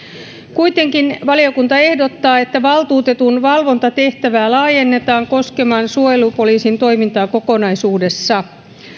kuitenkin valiokunta ehdottaa että valtuutetun valvontatehtävä laajennetaan koskemaan suojelupoliisin toimintaa kokonaisuudessaan